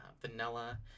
vanilla